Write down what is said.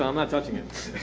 um not touching it.